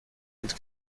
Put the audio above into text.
mit